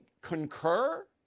concur